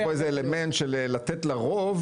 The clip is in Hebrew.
יש פה אלמנט של לתת לרוב,